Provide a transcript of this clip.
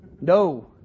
No